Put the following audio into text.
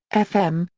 fm,